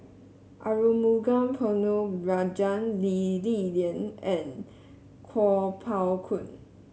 Arumugam Ponnu Rajah Lee Li Lian and Kuo Pao Kun